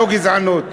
לא גזענות.